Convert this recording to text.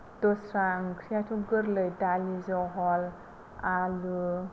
दस्रा ओंख्रियाथ' गोरलै दालि जहल आलु